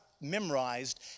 memorized